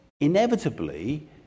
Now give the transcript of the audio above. inevitably